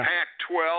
Pac-12